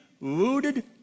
rooted